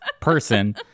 person